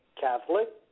Catholic